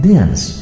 Dance